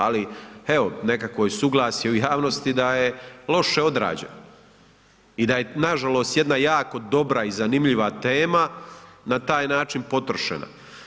Ali evo nekako je suglasje u javnosti da je loše odrađeno i da je nažalost jedna jako dobra i zanimljiva tema na taj način potrošena.